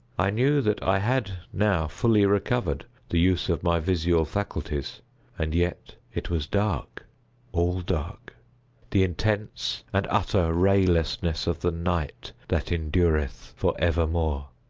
i knew that i had now fully recovered the use of my visual faculties and yet it was dark all dark the intense and utter raylessness of the night that endureth for evermore.